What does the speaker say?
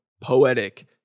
poetic